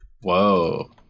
Whoa